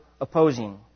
opposing